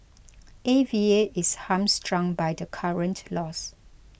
A V A is hamstrung by the current laws